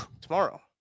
tomorrow